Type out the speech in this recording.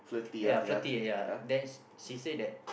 yeah I flirty yeah then she say that